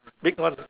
big one